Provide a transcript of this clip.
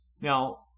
Now